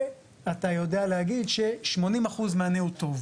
ואתה יודע להגיד ש-80% מענה הוא טוב.